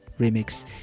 remix